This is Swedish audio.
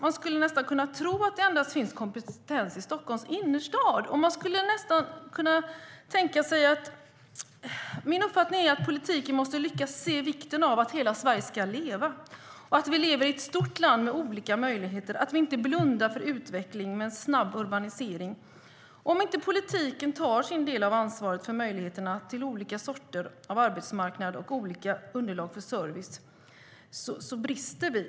Man skulle kunna tro att det finns kompetens endast i Stockholms innerstad. Min uppfattning är att politiken måste lägga stor vikt vid att hela Sverige ska leva. Vi lever i ett stort land med olika möjligheter. Vi får inte blunda för utvecklingen med en snabb urbanisering. Om politiken inte tar sin del av ansvaret för olika arbetsmarknader och för olika underlag för service, så brister vi.